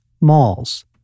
malls